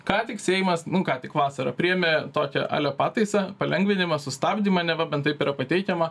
ką tik seimas ką tik vasarą priėmė tokią ale pataisą palengvinimą sustabdymą neva bent taip yra pateikiama